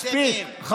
מספיק.